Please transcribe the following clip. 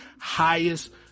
highest